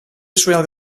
israel